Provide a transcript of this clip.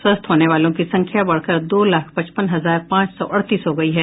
स्वस्थ होने वालों की संख्या बढ़कर दो लाख पचपन हजार पांच सौ अड़तीस हो गयी है